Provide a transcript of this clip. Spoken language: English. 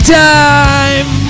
time